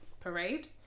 parade